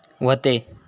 व्हते